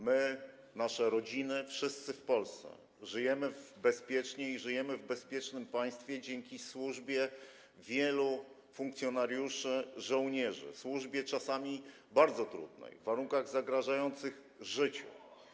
My, nasze rodziny, wszyscy w Polsce żyjemy bezpiecznie i żyjemy w bezpiecznym państwie dzięki służbie wielu funkcjonariuszy, żołnierzy - służbie czasami bardzo trudnej i w warunkach zagrażających życiu.